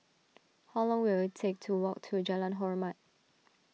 how long will it take to walk to Jalan Hormat